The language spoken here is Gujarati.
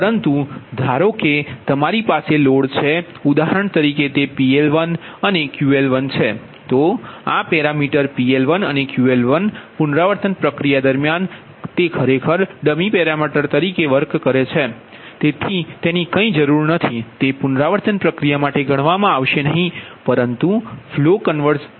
પરંતુ ધારોકે તમારી પાસે થોડો લોડ છે ઉદાહરણ તરીકે તે PL1અને QL1 છે તો આ પેરામીટર PL1 અને QL1 પુનરાવર્તન પ્રક્રિયા દરમિયાન તે ખરેખર ડમી પેરામીટર તરીકે છે તેથી તેની કંઇ જરૂર નથી અને તે પુનરાવર્તન પ્રક્રિયા માટે ગણવામા આવશે નહી પરંતુ લોડ ફ્લો કન્વર્ઝ ધારો